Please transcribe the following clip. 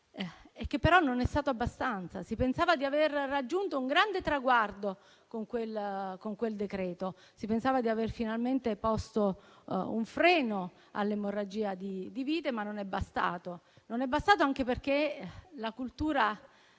e che però non è stato abbastanza. Si pensava di aver raggiunto un grande traguardo con quel decreto legislativo e di aver finalmente posto un freno all'emorragia di vite, ma non è bastato, anche perché la cultura